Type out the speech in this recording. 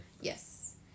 Yes